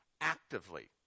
actively